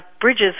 bridges